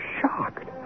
shocked